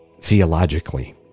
theologically